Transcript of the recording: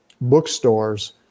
bookstores